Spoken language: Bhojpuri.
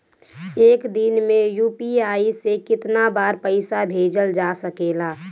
एक दिन में यू.पी.आई से केतना बार पइसा भेजल जा सकेला?